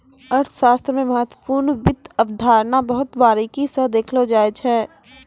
अर्थशास्त्र मे महत्वपूर्ण वित्त अवधारणा बहुत बारीकी स देखलो जाय छै